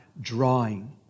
drawing